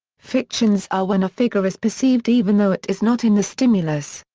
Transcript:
fictions are when a figure is perceived even though it is not in the stimulus.